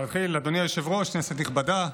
אדוני היושב-ראש, כנסת נכבדה,